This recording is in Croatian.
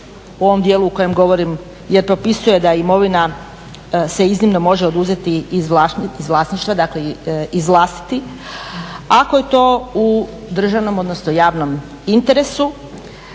u ovom dijelu o kojem govorim jer propisuje da imovina se iznimno može oduzeti iz vlasništva izvlastiti ako je to u državnom odnosno u javnom interesu,